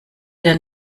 dein